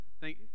Thank